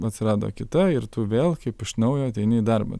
atsirado kita ir tu vėl kaip iš naujo ateini į darbą